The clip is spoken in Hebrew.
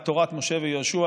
היא תורת משה ויהושע,